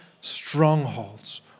strongholds